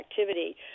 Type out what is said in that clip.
activity